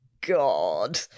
God